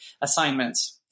assignments